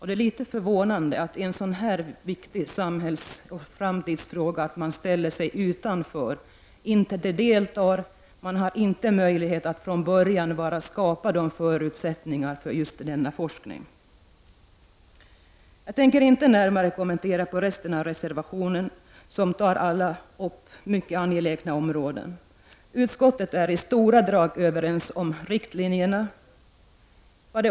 Det är litet förvånande att man i en så viktig samhällsoch framtidsfråga ställer sig utanför, att man inte deltar och inte har möjlighet att från början vara med om att skapa förutsättningar för just denna forskning. Jag tänker inte närmare kommentera övriga reservationer, som alla tar upp mycket angelägna områden. Utskottet är i stora drag överens om riktlinjerna.